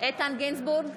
איתן גינזבורג,